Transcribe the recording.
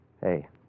Hey